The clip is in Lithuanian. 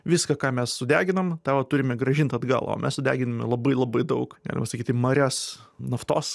viską ką mes sudeginam tą vat turime grąžint atgal o mes sudeginame labai labai daug galima sakyti marias naftos